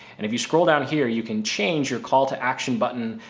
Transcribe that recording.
and if you scroll down here, you can change your call to action button,